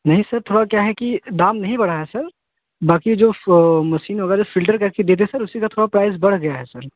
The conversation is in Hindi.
नहीं सर थोड़ा क्या है कि दाम नहीं बढ़ा है सर बाकि जो फ़ मशीन वगैरह फ़िल्टर करके देते सर उसी का थोड़ा प्राइस बढ़ गया है सर